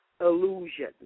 illusion